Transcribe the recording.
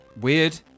Weird